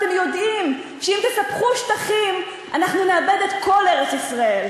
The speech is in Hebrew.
אתם יודעים שאם תספחו שטחים אנחנו נאבד את כל ארץ-ישראל.